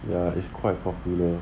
ya it's quite popular